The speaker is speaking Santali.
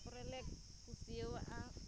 ᱚᱱᱟ ᱯᱚᱨᱮᱞᱮ ᱠᱩᱥᱭᱟᱹᱣᱟᱜᱼᱟ